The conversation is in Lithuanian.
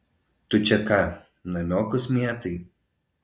tu čia ką namiokus mėtai